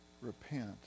repent